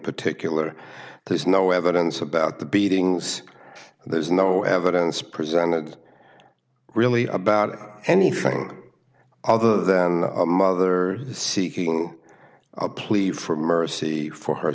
particular there's no evidence about the beatings and there's no evidence presented really about anything other than a mother seeking a plea for mercy for her